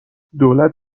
دولت